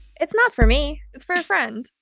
it's not for me. it's for a friend.